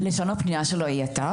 לשון הפנייה שלו היא "אתה".